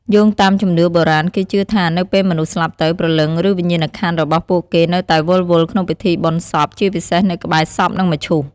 យោងតាមជំនឿបុរាណ គេជឿថា នៅពេលមនុស្សស្លាប់ទៅ ព្រលឹង ឬវិញ្ញាណក្ខន្ធរបស់ពួកគេនៅតែវិលវល់ក្នុងពិធីបុណ្យសព ជាពិសេសនៅក្បែរសព និងមឈូស។